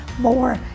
more